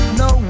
no